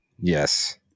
Yes